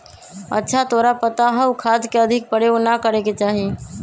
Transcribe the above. अच्छा तोरा पता हाउ खाद के अधिक प्रयोग ना करे के चाहि?